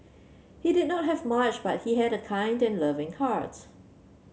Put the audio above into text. he did not have much but he had a kind and loving heart